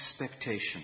expectation